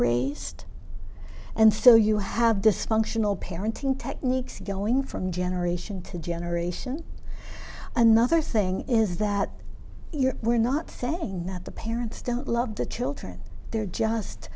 raised and so you have dysfunctional parenting techniques going from generation to generation another thing is that you're we're not saying that the parents don't love the children they're just